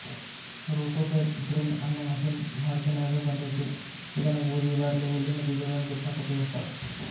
roto seed drill ಅನ್ನೋ machine ಮಾರ್ಕೆನ್ಯಾಗ ಬಂದೇತಿ ಇದನ್ನ ಗೋಧಿ, ಬಾರ್ಲಿ, ಹುಲ್ಲಿನ ಬೇಜಗಳನ್ನ ಬಿತ್ತಾಕ ಉಪಯೋಗಸ್ತಾರ